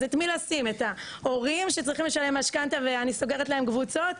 אז את מי לשים את ההורים שצריכים לשלם משכנתא ואני סוגרת להם קבוצות?